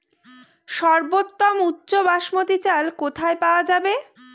সর্বোওম উচ্চ বাসমতী চাল কোথায় পওয়া যাবে?